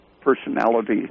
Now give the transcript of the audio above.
personality